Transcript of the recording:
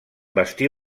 bastir